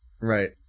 Right